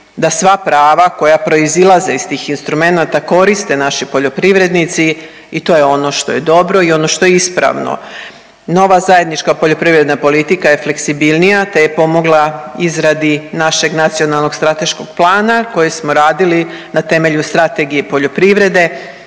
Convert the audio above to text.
da sva prava koja proizilaze iz tih instrumenata koriste naši poljoprivrednici i to je ono što je dobro i ono što je ispravno. Nova zajednička poljoprivredna politika je fleksibilnija, te je pomogla izradi našeg nacionalnog strateškog plana kojeg smo radili na temelju Strategije poljoprivrede,